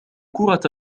كرة